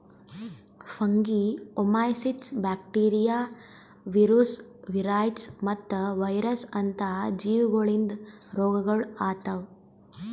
fungi, oomycetes, bacteria, viruses, viroids ಮತ್ತ virus ಅಂತ ಜೀವಿಗೊಳಿಂದ್ ರೋಗಗೊಳ್ ಆತವ್